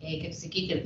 kaip sakykim